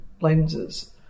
lenses